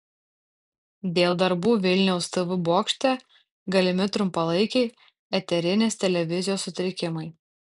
dėl darbų vilniaus tv bokšte galimi trumpalaikiai eterinės televizijos sutrikimai